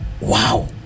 Wow